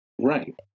Right